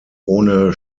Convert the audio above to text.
ohne